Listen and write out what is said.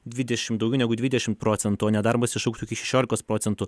dvidešimt daugiau negu dvidešimt procentų o nedarbas išaugs iki šešiolikos procentų